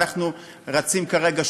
אנחנו רצים כרגע,